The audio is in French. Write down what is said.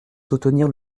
soutenir